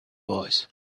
voice